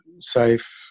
safe